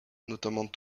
notamment